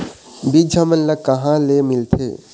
बीज हमन ला कहां ले मिलथे?